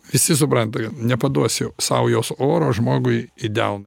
visi supranta kad nepaduosi saujos oro žmogui į delną